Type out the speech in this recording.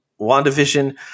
WandaVision